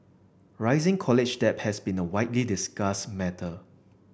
rising college debt has been a widely discussed matter